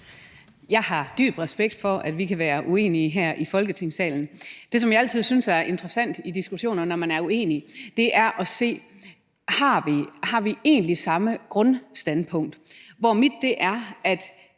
Jeg har dyb respekt for, at vi kan være uenige her i Folketingssalen. Det, som jeg altid synes er interessant i diskussioner, når man er uenige, er at se på, om vi egentlig har det samme grundstandpunkt, hvor mit er, at